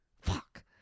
fuck